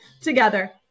together